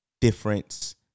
difference